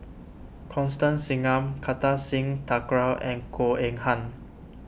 Constance Singam Kartar Singh Thakral and Goh Eng Han